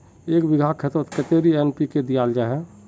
एक बिगहा खेतोत कतेरी एन.पी.के दियाल जहा?